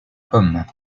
pommes